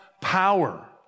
power